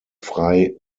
frei